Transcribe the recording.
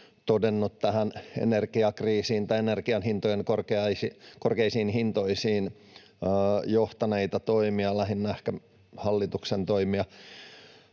todennut tähän energiakriisiin tai energian korkeisiin hintoihin johtaneita toimia, lähinnä ehkä hallituksen toimia.